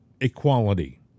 equality